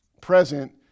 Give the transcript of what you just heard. present